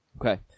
Okay